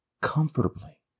comfortably